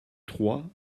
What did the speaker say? trois